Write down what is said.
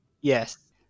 yes